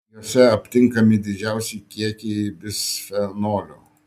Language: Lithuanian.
jose aptinkami didžiausi kiekiai bisfenolio